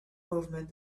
movement